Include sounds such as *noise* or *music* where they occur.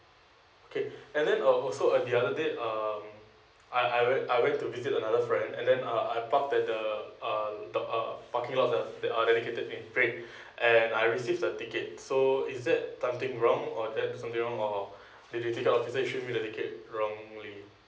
okay *breath* and then uh also uh the other day um I I went I went to visit another friend and then uh I parked at the uh the uh parking lot that are dedicated in green and I received the ticket so is that something wrong or that's something wrong or *breath* will the ticket official issue me the ticket wrongly